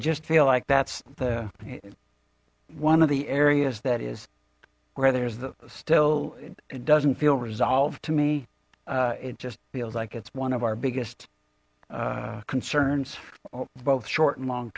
just feel like that's the one of the areas that is where there's the still it doesn't feel resolved to me it just feels like it's one of our biggest concerns both short and long